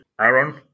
Aaron